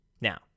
Now